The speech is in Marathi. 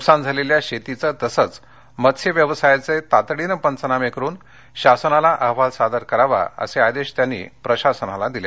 नुकसान झालेल्या शेतीचे तसंच मत्स्य व्यवसायाचे तातडीने पंचनामे करून शासनास अहवाल सादर करण्याचे निर्देश त्यांनी प्रशासनास दिले